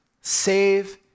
save